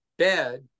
bed